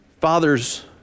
father's